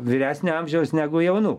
vyresnio amžiaus negu jaunų